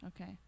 Okay